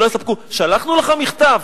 ולא יסתפקו: שלחנו לך מכתב.